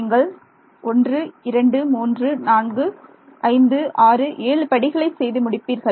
நீங்கள் 1 2 3 4 5 6 7 படிகளை செய்து முடிப்பீர்கள்